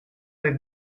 avait